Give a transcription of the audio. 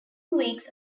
weeks